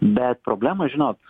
bet problema žinot